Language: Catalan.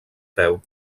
peu